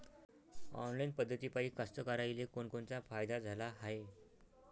Online पद्धतीपायी कास्तकाराइले कोनकोनचा फायदा झाला हाये?